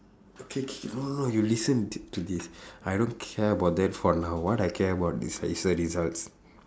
okay K no no no you listen to this I don't care about that for now what I care about is her is her results